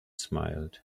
smiled